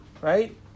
right